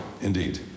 indeed